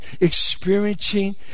experiencing